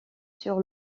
sur